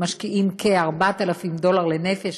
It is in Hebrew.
משקיעים כ-4,000 דולר לנפש,